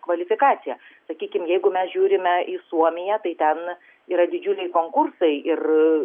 kvalifikaciją sakykim jeigu mes žiūrime į suomiją tai ten yra didžiuliai konkursai ir